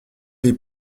les